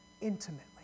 intimately